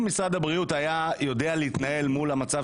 אם משרד הבריאות היה יודע להתנהל מול המצב